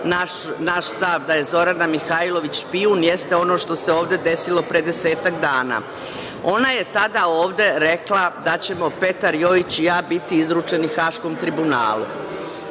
naš stav da je Zorana Mihajlović špijun, jeste ono što se ovde desilo pre desetak dana. Ona je tada ovde rekla da ćemo Petar Jojić i ja biti izručeni Haškom tribunalu.